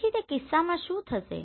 તેથી તે કિસ્સામાં શું થશે